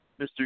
Mr